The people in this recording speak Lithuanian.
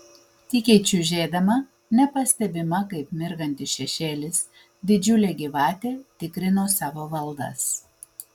tykiai čiužėdama nepastebima kaip mirgantis šešėlis didžiulė gyvatė tikrino savo valdas